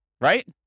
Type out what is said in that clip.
Right